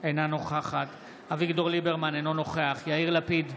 אינה נוכחת אביגדור ליברמן, אינו נוכח יאיר לפיד,